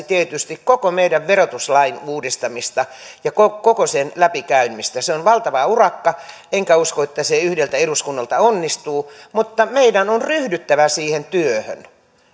tietysti koko meidän verotuslain uudistamista ja koko koko sen läpikäymistä se on valtava urakka enkä usko että se yhdeltä eduskunnalta onnistuu mutta meidän on ryhdyttävä siihen työhön